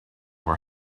were